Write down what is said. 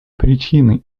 причины